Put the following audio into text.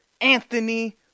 Anthony